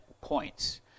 points